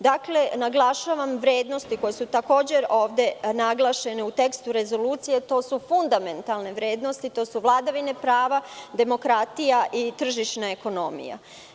Dakle, naglašavam vrednosti, koje su takođe ovde naglašene, u tekstu rezolucije, jer su to fundamentalne vrednosti, to su vladavine prava, demokratija i tržišna ekonomija.